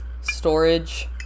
storage